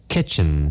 Kitchen